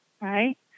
right